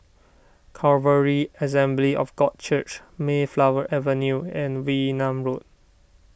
Calvary Assembly of God Church Mayflower Avenue and Wee Nam Road